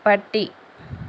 പട്ടി